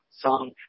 Song